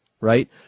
Right